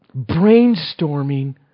brainstorming